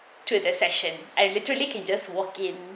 to the session I literally can just walk in